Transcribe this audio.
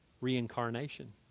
Reincarnation